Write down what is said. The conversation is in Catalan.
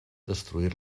destruir